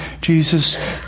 Jesus